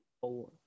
Four